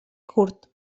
curt